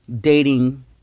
dating